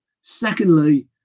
secondly